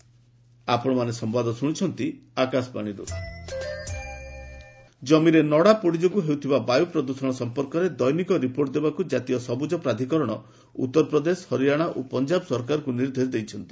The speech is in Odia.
ଏନ୍ଜିଟି କ୍ରପ୍ ବର୍ଣ୍ଣିଂ ଜମିରେ ନଡ଼ା ପୋଡ଼ି ଯୋଗୁଁ ହେଉଥିବା ବାୟୁ ପ୍ରଦୂଷଣ ସଂପର୍କରେ ଦୈନିକ ରିପୋର୍ଟ ଦେବାକୁ ଜାତୀୟ ସବୁଜ ପ୍ରାଧିକରଣ ଉତ୍ତରପ୍ରଦେଶ ହରିଆଣା ଓ ପଞ୍ଜାବ ସରକାରଙ୍କୁ ନିର୍ଦ୍ଦେଶ ଦେଇଛନ୍ତି